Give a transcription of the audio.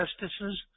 justices